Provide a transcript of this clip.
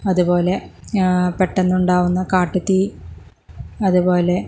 അതുപോലെ പെട്ടെന്നുണ്ടാകുന്ന കാട്ടു തീ അതുപോലെ